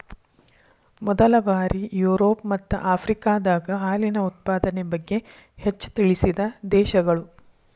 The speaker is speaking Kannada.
ಮೊದಲ ಬಾರಿ ಯುರೋಪ ಮತ್ತ ಆಫ್ರಿಕಾದಾಗ ಹಾಲಿನ ಉತ್ಪಾದನೆ ಬಗ್ಗೆ ಹೆಚ್ಚ ತಿಳಿಸಿದ ದೇಶಗಳು